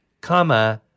comma